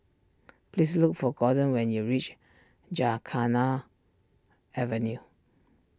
please look for Gordon when you reach Gymkhana Avenue